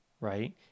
right